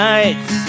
Nights